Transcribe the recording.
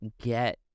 get